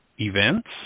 events